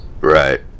Right